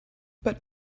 but